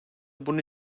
bunun